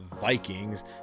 Vikings